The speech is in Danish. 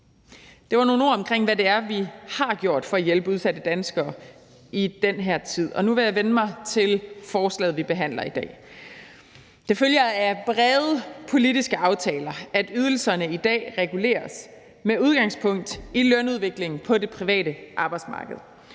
Det var nogle ord om, hvad det er, vi har gjort for at hjælpe udsatte danskere i den her tid. Og nu vil jeg vende mig mod forslaget, vi behandler i dag. Det følger af brede politiske aftaler, at ydelserne i dag reguleres med udgangspunkt i lønudviklingen på det private arbejdsmarked.